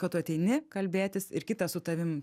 kad tu ateini kalbėtis ir kitas su tavim